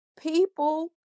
People